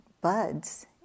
buds